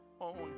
own